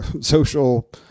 social